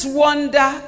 wonder